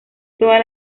todas